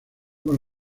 con